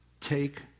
Take